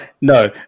no